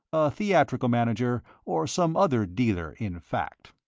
theatrical manager, or some other dealer in fact!